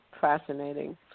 Fascinating